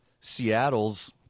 Seattle's